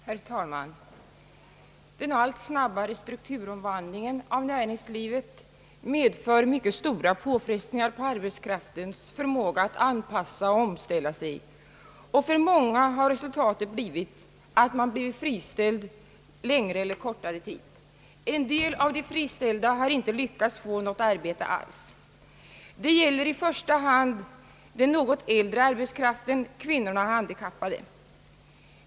Herr talman! Den allt snabbare strukturomvandlingen av näringslivet medför mycket stora påfrestningar på arbetskraftens förmåga att anpassa och omställa sig. För många har resultatet varit att de blivit friställda för kortare eller längre tid. En del av de friställda har inte lyckats få något arbete alls. Detta gäller i första hand den något äldre arbetskraften, kvinnorna och de handikappade.